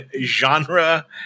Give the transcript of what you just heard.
genre